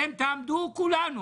נעמוד כולנו,